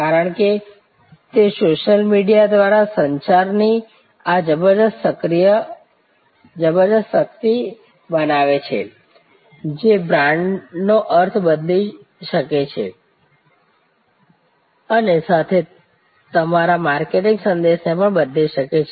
કારણ કે તે સોશિયલ મીડિયા દ્વારા સંચારની આ જબરદસ્ત શક્તિ બનાવે છે જે બ્રાન્ડનો અર્થ બદલી શકે છે અને સાથે તમારા માર્કેટિંગ સંદેશને પણ બદલી શકે છે